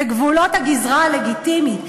בגבולות הגזרה הלגיטימיים.